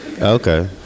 okay